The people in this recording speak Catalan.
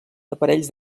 aparells